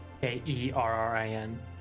K-E-R-R-I-N